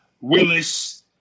Willis